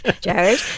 Jared